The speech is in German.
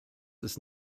ist